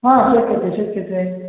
हा शक्यते शक्यते